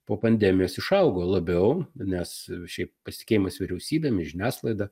po pandemijos išaugo labiau nes šiaip pasitikėjimas vyriausybėmis žiniasklaida